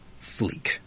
fleek